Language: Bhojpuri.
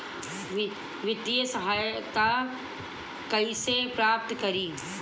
वित्तीय सहायता कइसे प्राप्त करी?